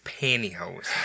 pantyhose